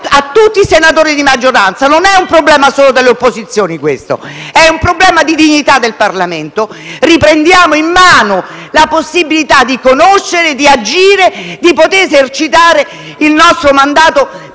a tutti i senatori di maggioranza: questo non è un problema solo delle opposizioni, ma è un problema di dignità del Parlamento. Riprendiamo in mano la possibilità di conoscere, di agire, di poter esercitare pienamente il nostro mandato.